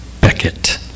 Beckett